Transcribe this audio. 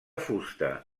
fusta